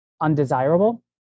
undesirable